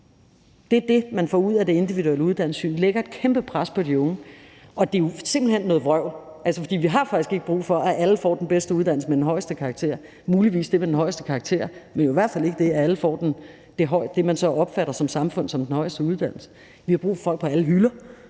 Det er det, man får ud af det individuelle uddannelsessyn. Det lægger et kæmpe pres på de unge. Og det er simpelt hen noget vrøvl, for vi har faktisk ikke brug for, at alle får den bedste uddannelse med den højeste karakter – eller muligvis det med den højeste karakter, men i hvert fald ikke det, at alle får det, man opfatter i samfundet som den højeste uddannelse. Vi har brug for folk på alle hylder,